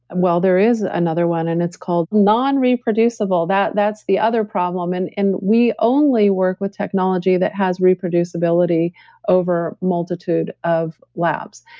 and well, there is another one and it's called nonreproducible, that's the other problem. and and we only work with technology that has reproducibility over multitude of labs.